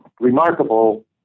Remarkable